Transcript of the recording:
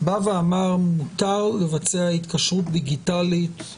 בא ואמר שמותר לבצע התקשרות דיגיטלית אל